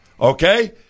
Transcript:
okay